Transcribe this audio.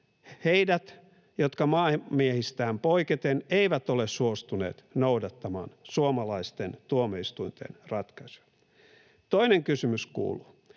heidät, jotka maanmiehistään poiketen eivät ole suostuneet noudattamaan suomalaisten tuomioistuinten ratkaisuja? Toinen kysymys kuuluu: